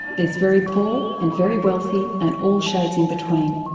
there's very poor and very wealthy and all shades in between.